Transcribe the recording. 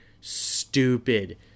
stupid